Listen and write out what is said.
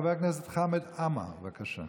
חבר הכנסת חמד עמאר, בבקשה.